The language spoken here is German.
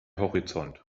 horizont